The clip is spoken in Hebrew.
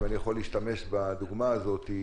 אם אני יכול להשתמש בדוגמה הזאת,